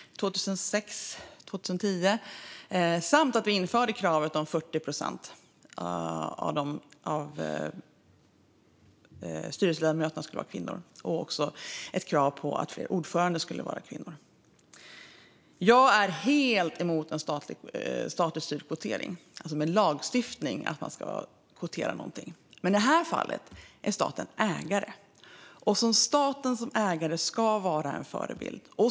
Vi införde också kravet på att 40 procent av styrelseledamöterna skulle vara kvinnor och att fler ordförande skulle vara kvinnor. Jag är helt emot statligt styrd kvotering, alltså att man genom lagstiftning ska kvotera. Men i det här fallet är staten ägare, och staten som ägare ska vara en förebild.